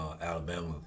Alabama